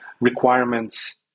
requirements